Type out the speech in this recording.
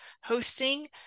hosting